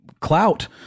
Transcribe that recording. clout